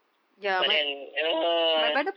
but then ugh